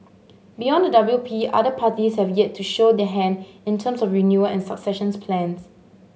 beyond the W P other parties have yet to show their hand in terms of renewal and succession plans